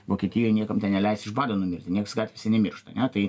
vokietijoj niekam ten neleis iš bado numirt nieks gatvėse nemiršta ne tai